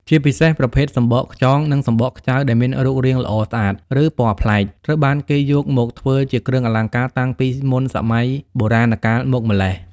ជាពិសេសប្រភេទសំបកខ្យង និងសំបកខ្ចៅដែលមានរូបរាងល្អស្អាត ឬពណ៌ប្លែក ត្រូវបានគេយកមកធ្វើជាគ្រឿងអលង្ការតាំងពីមុនសម័យបុរាណកាលមកម្ល៉េះ។